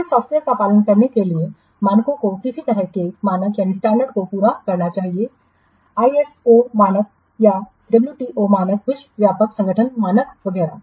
फिर सॉफ्टवेयर का पालन करने के लिए मानकों को किस तरह के मानक को पूरा करना चाहिए आईएसओ मानक या डब्ल्यू टीओ मानक विश्व व्यापार संगठन मानक वगैरह